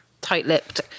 Tight-lipped